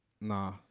nah